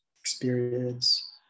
experience